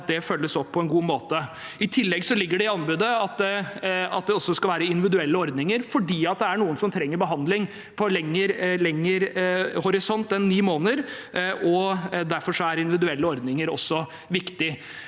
det følges opp på en god måte. I tillegg ligger det i anbudet at det også skal være individuelle ordninger, for det er noen som trenger be handling med lengre horisont enn ni måneder. Derfor er individuelle ordninger også viktige.